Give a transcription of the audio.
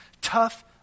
Tough